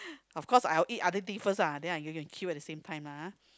of course I will eat other things first ah then I can queue at the same time lah